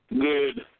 good